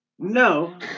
No